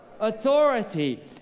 authority